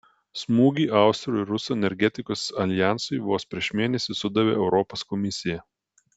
smūgį austrų ir rusų energetikos aljansui vos prieš mėnesį sudavė europos komisija